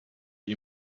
you